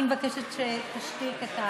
אני מבקשת שתשתיק את,